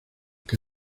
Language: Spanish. que